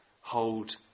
hold